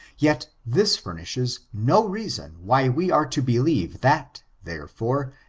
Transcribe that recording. yet this furnishes no reason why we are to believe that, therefore,